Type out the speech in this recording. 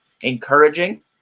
encouraging